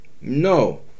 No